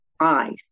eyes